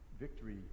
victory